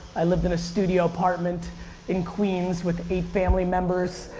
i lived in a studio apartment in queens with eight family members.